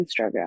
Instagram